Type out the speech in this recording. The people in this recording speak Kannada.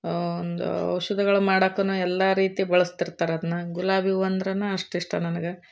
ಒಂದು ಔಷಧಗಳು ಮಾಡೋಕ್ಕು ಎಲ್ಲ ರೀತಿ ಬಳಸ್ತಿರ್ತಾರದನ್ನ ಗುಲಾಬಿ ಹೂ ಅಂದ್ರೆನೆ ಅಷ್ಟಿಷ್ಟ ನನ್ಗೆ